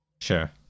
Sure